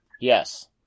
Yes